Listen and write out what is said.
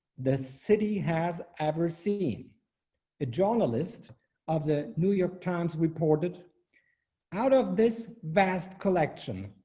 the city has ever seen a journalist of the new york times reported out of this vast collection.